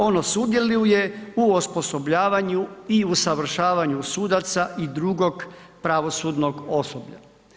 Ono sudjeluje u osposobljavanju i usavršavanju sudaca i drugog pravosudnog osoblja.